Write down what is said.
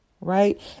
right